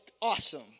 awesome